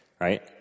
right